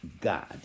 God